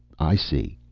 i see.